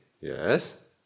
Yes